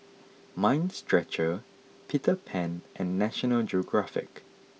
Mind Stretcher Peter Pan and National Geographic